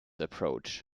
approach